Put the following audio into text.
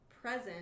present